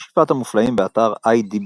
"שבעת המופלאים", באתר אידיבי